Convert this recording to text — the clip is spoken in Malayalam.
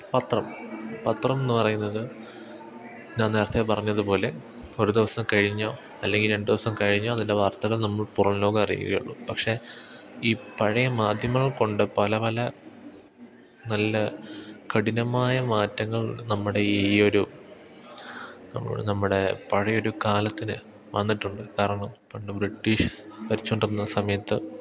പത്രം പത്രമെന്നു പറയുന്നത് ഞാൻ നേരത്തെ പറഞ്ഞതു പോലെ ഒരു ദിവസം കഴിഞ്ഞോ അല്ലെങ്കില് രണ്ടു ദിവസം കഴിഞ്ഞോ അതിന്റെ വാർത്തകൾ നമ്മൾ പുറം ലോകം അറിയുകയുള്ളു പക്ഷെ ഈ പഴയ മാധ്യമങ്ങൾ കൊണ്ട് പല പല നല്ല കഠിനമായ മാറ്റങ്ങൾ നമ്മുടെ ഈ ഒരു നമ്മള് നമ്മുടെ പഴയ ഒരു കാലത്തിനു വന്നിട്ടുണ്ട് കാരണം പണ്ട് ബ്രിട്ടീഷ് ഭരിച്ചുകൊണ്ടിരുന്ന സമയത്ത്